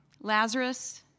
Lazarus